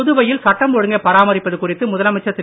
புதுவையில் சட்டம் ஒழுங்கை பராமரிப்பது குறித்து முதலமைச்சர் திரு